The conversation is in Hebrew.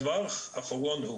הדבר האחרון,